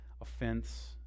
offense